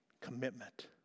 commitment